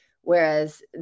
Whereas